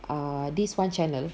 err this one channel